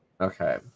Okay